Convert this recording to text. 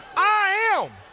i am